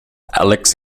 alex